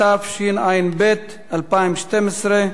התשע"ב 2012,